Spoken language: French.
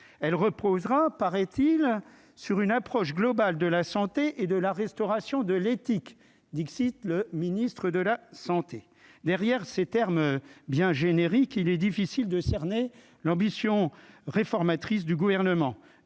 elle reposera, paraît-il, sur une approche globale de la santé et de la restauration de l'éthique, dixit le ministre de la Santé, derrière ces termes bien générique, il est difficile de cerner l'ambition réformatrice du gouvernement